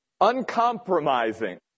uncompromising